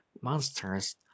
monsters